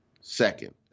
Second